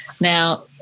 now